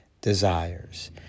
desires